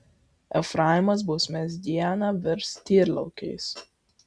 efraimas bausmės dieną virs tyrlaukiais